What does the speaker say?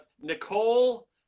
Nicole